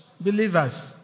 Believers